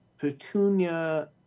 Petunia